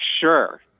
sure